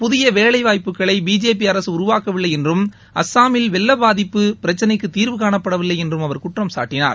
புதிய வேலைவாய்ப்புகளை பிஜேபி அரசு உருவாக்கவில்லை என்றும் அசாமில் வெள்ள பாதிப்பு பிரச்சினைக்கு தீர்வு காணப்படவில்லை என்றும் அவர் குற்றம்சாட்டினார்